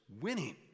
winning